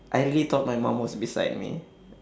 I really thought my mum was beside me